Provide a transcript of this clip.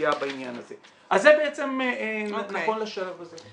באוכלוסייה בעניין הזה, אז זה בעצם נכון לשלב הזה.